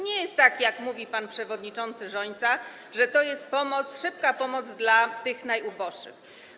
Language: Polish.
Nie jest tak, jak mówi pan przewodniczący Rzońca, że to jest szybka pomoc dla tych najuboższych.